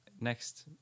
next